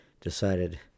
decided